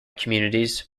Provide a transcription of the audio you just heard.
communities